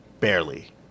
Barely